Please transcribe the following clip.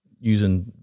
using